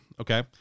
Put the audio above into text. okay